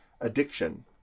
addiction